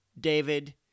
David